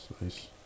Nice